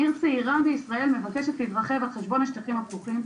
עיר צעירה בישראל מבקשת להתרחב על חשבון השטחים הפתוחים,